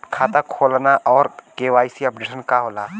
खाता खोलना और के.वाइ.सी अपडेशन का होला?